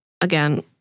again